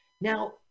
Now